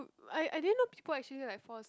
I I didn't know people actually like fall sick